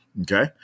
Okay